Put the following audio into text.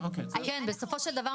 לא הבנתי לגבי המיונים